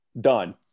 Done